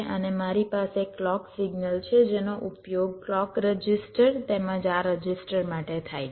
અને મારી પાસે ક્લૉક સિગ્નલ છે જેનો ઉપયોગ ક્લૉક રજિસ્ટર તેમજ આ રજિસ્ટર માટે થાય છે